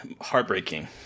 heartbreaking